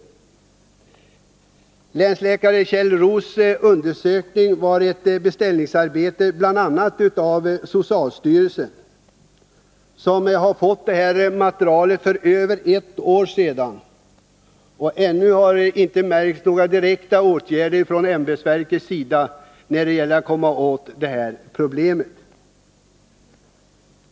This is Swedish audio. Länsläkare Kjell Roos undersökning utfördes på beställning av bl.a. socialstyrelsen, som har fått materialet för över ett år sedan, men ännu har det inte märkts några direkta åtgärder från ämbetsverkets sida för att komma åt det här problemet.